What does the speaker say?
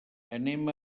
anem